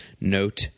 Note